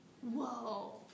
Whoa